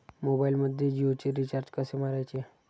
मोबाइलमध्ये जियोचे रिचार्ज कसे मारायचे?